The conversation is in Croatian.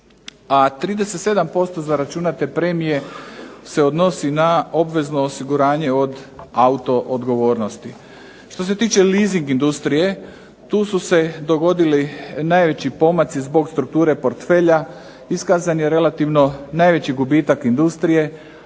a 37% zaračunate premije se odnosi na obvezno osiguranje od autoodgovornosti. Što se tiče leasing industrije tu su se dogodili najveći pomaci zbog strukture portfelja. Iskazan je relativno najveći gubitak industrije,